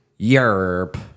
Yerp